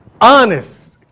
honest